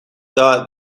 thought